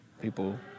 people